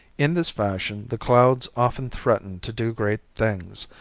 in this fashion the clouds often threaten to do great things,